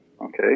okay